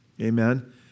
amen